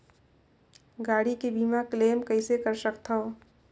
गाड़ी के बीमा क्लेम कइसे कर सकथव?